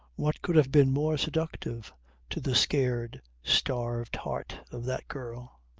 what could have been more seductive to the scared, starved heart of that girl?